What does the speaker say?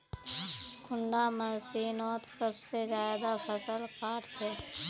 कुंडा मशीनोत सबसे ज्यादा फसल काट छै?